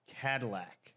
Cadillac